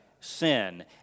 sin